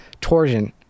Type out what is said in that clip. torsion